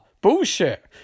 bullshit